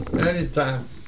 Anytime